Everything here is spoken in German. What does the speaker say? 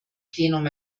plenum